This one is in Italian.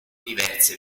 diverse